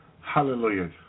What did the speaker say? hallelujah